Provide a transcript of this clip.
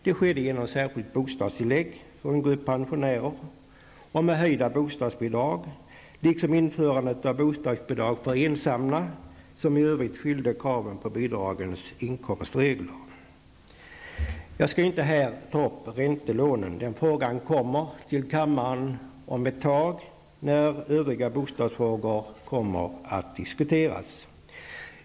Det skedde genom ett särskilt bostadstillägg för en grupp pensionärer och med höjda bostadsbidrag, liksom införandet av bostadsbidrag för ensamma som i övrigt fyllde kraven på bidragens inkomstregler. Jag skall inte här ta upp räntelånen. Den frågan kommer till kammaren om ett tag när övriga bostadsfrågor diskuteras.